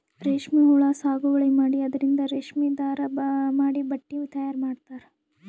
ರೇಶ್ಮಿ ಹುಳಾ ಸಾಗುವಳಿ ಮಾಡಿ ಅದರಿಂದ್ ರೇಶ್ಮಿ ದಾರಾ ಮಾಡಿ ಬಟ್ಟಿ ತಯಾರ್ ಮಾಡ್ತರ್